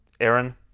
Aaron